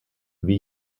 wie